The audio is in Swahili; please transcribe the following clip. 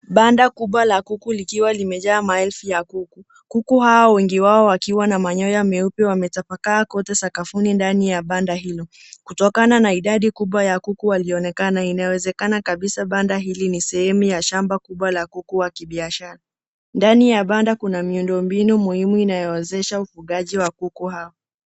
Banda kubwa la kuku likiwa limejaa maelfu ya kuku. Kuku hao wengi wao wakiwa na manyoya meupe wametapakaa kote sakafuni ndani ya banda hilo. Kutokana na idadi kubwa ya kuku walioonekana inawezekana kabisa banda hili ni sehemu ya shamba kubwa la kuku wa kibiashara. Ndani ya banda kuna miundo mbinu muhimu inayowezesha ufugaji wa kuku hawa.